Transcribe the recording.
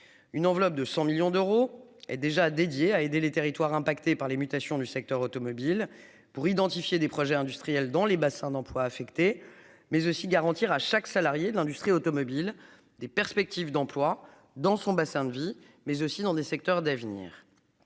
une enveloppe de 100 millions d'euros et déjà dédié à aider les territoires impactés par les mutations du secteur automobile pour identifier des projets industriels dans les bassins d'emplois affectés mais aussi garantir à chaque salarié de l'industrie automobile des perspectives d'emploi dans son bassin de vie mais aussi dans des secteurs d'avenir.